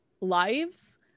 lives